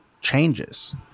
changes